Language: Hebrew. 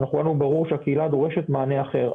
היה לנו ברור שהקהילה דורשת מענה אחר.